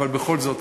אבל בכל זאת,